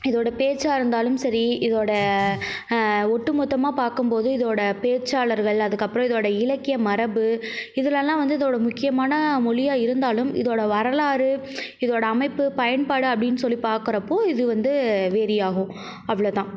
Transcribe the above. இதோடய பேச்சாக இருந்தாலும் சரி இதோடய ஒட்டு மொத்தமாக பார்க்கம்போது இதோடய பேச்சாளர்கள் அதுக்கப்புறம் இதோடய இலக்கிய மரபு இதுலல்லாம் வந்து இதோடய முக்கியமான மொழியாக இருந்தாலும் இதோடய வரலாறு இதோடய அமைப்பு பயன்பாடு அப்படினு சொல்லி பார்க்குறப்போ இது வந்து வேரி ஆகும் அவ்வளதான்